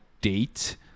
date